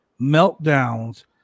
meltdowns